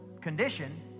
condition